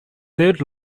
third